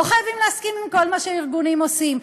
לא חייבים להסכים עם כל מה שהארגונים עושים,